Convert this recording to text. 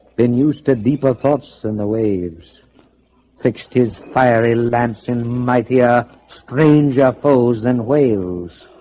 been used to deeper thoughts in the waves fixed his fiery lance in mightier stranger foes and whales